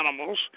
animals